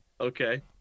Okay